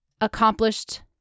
accomplished